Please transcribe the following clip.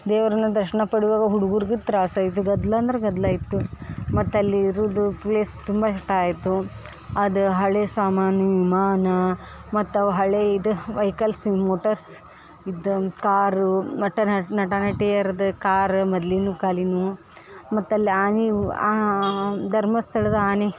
ದೇವ್ರ ದರ್ಶನ ಪಡೆಯುವಾಗ ಹುಡ್ಗುರ್ಗೆ ತ್ರಾಸು ಆಯ್ತು ಗದ್ದಲ ಅಂದ್ರೆ ಗದ್ದಲ ಇತ್ತು ಮತ್ತು ಅಲ್ಲಿ ಇರುವುದು ಪ್ಲೇಸ್ ತುಂಬ ಇಷ್ಟ ಆಯಿತು ಅದು ಹಳೆ ಸಾಮಾನು ವಿಮಾನ ಮತ್ತು ಅವು ಹಳೆ ಇದು ವ್ಯೆಕಲ್ಸು ಮೋಟಾರ್ಸ್ ಇದು ಕಾರು ನಟ ನಟ ನಟಿಯರದು ಕಾರು ಮದ್ಲಿನ ಕಾಲನವು ಮತ್ತು ಅಲ್ಲಿ ಆನೆ ಆ ಧರ್ಮಸ್ಥಳದ ಆನೆ